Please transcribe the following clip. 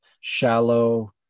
shallow